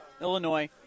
Illinois